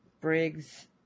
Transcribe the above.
Briggs